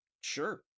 Sure